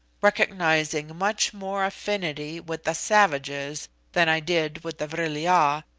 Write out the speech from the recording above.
recognising much more affinity with the savages than i did with the vril-ya,